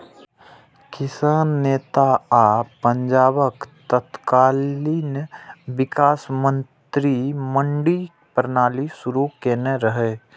किसान नेता आ पंजाबक तत्कालीन विकास मंत्री मंडी प्रणाली शुरू केने रहै